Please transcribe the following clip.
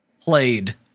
played